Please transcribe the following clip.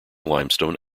limestone